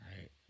right